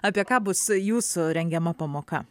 apie ką bus jūsų rengiama pamoka